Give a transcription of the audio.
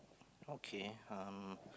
okay um